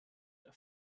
der